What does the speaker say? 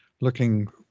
looking